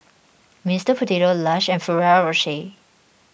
Mister Potato Lush and Ferrero Rocher